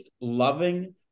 loving